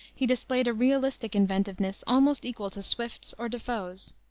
he displayed a realistic inventiveness almost equal to swift's or de foe's.